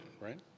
right